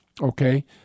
Okay